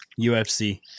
UFC